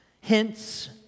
Hence